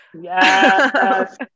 Yes